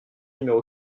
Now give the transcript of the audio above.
numéro